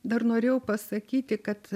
dar norėjau pasakyti kad